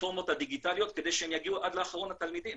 הפלטפורמות הדיגיטליות כדי שהם יגיעו עד לאחרון התלמידים.